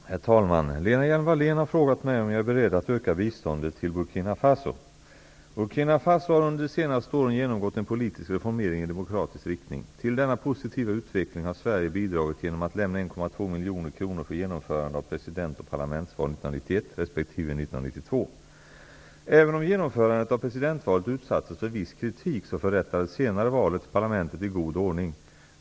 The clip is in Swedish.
Herr talman! Lena Hjelm-Wallén har frågat mig om jag är beredd att öka biståndet till Burkina Faso. Burkina Faso har under de senaste åren genomgått en politisk reformering i demokratisk riktning. Till denna positiva utveckling har Sverige bidragit genom att lämna 1,2 miljoner kronor för genomförande av president och parlamentsval 1991 resp. 1992. Även om genomförandet av presidentvalet utsattes för viss kritik, så förrättades senare valet till parlamentet i god ordning.